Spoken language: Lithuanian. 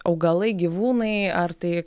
augalai gyvūnai ar tai